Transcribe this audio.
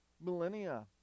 millennia